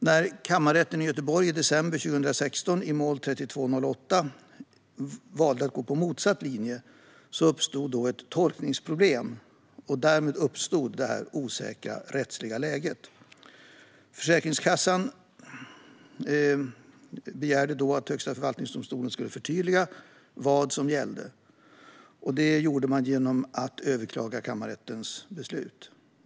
När Kammarrätten i Göteborg, i december 2016 i mål nr 3208, valde att gå på motsatt linje uppstod ett tolkningsproblem och därmed ett osäkert rättsläge. Försäkringskassan begärde då att Högsta förvaltningsdomstolen skulle förtydliga vad som gällde. Det gjorde man genom att överklaga kammarrättens beslut.